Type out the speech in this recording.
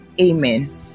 amen